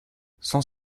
sans